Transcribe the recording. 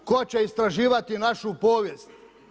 Tko će istraživati našu povijest?